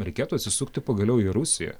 reikėtų atsisukti pagaliau į rusiją